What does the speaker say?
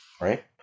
right